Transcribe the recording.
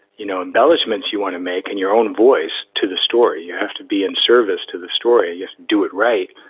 you know, embellishments you want to make in your own voice to the story. you have to be in service to the story. you do it right.